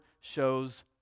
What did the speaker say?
shows